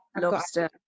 lobster